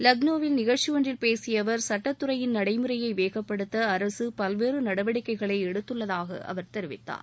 லக்ளோவில் நிகழ்ச்சி ஒன்றில் பேசிய அவர் சட்டத்துறையின் நடைமுறையை வேகப்படுத்த அரசு பல்வேறு நடவடிக்கைகளை எடுத்துள்ளதாக அவர் தெரிவித்தார்